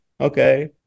Okay